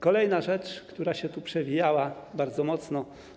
Kolejna rzecz, która się tutaj przewijała bardzo mocno.